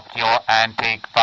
your antique vase.